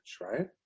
right